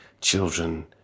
children